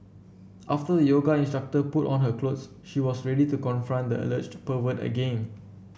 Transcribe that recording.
after the yoga instructor put on her clothes she was ready to confront the alleged pervert again